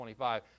25